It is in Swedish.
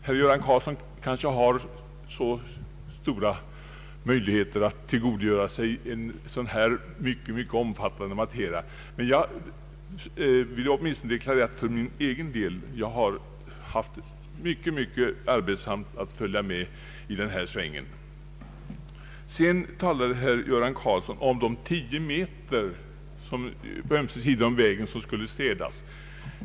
Herr Göran Karlsson har kanske förutsättning att tillgodogöra sig en sådan omfattande materia, men jag vill för egen del deklarera att jag funnit det mycket arbetsamt att följa med i svängarna. Herr Göran Karlsson talade om de tio meter på ömse sidor om vägen som skulle städas.